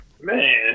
Man